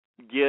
get –